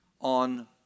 on